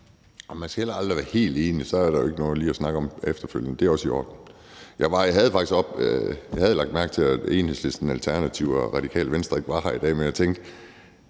Man skal heller aldrig være helt enige, for så er der jo ikke noget at snakke om efterfølgende. Det er også i orden. Jeg havde lagt mærke til, at Enhedslisten, Alternativet og Radikale Venstre ikke var her i dag, men jeg tænkte,